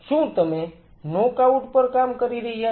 શું તમે નોકઆઉટ પર કામ કરી રહ્યા છો